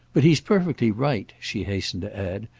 but he's perfectly right, she hastened to add,